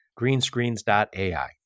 greenscreens.ai